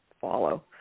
follow